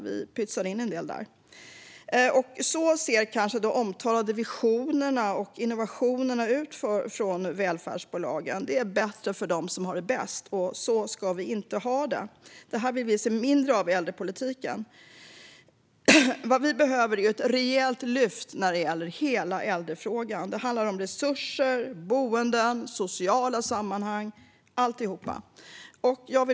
Vi pytsar in en del där. Så ser kanske de omtalade visionerna och innovationerna ut från välfärdsbolagen: Det är bättre för dem som har det bäst. Men så ska vi inte ha det! Det här vill vi se mindre av i äldrepolitiken. Vad vi behöver är ett rejält lyft när det gäller hela äldrefrågan. Det handlar om resurser, boenden, sociala sammanhang - alltihop.